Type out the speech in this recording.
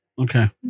Okay